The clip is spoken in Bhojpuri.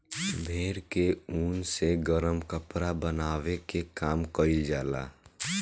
भेड़ के ऊन से गरम कपड़ा बनावे के काम कईल जाला